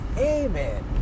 amen